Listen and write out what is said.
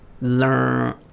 learn